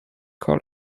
call